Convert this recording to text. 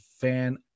Fan